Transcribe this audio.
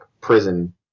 prison